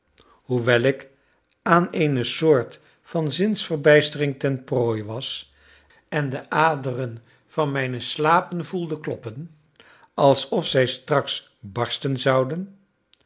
hoewel ik aan eene soort van zinsverbijstering ten prooi was en de aderen van mijne slapen voelde kloppen alsof zij straks barsten zouden